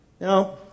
Now